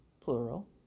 plural